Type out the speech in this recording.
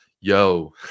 Yo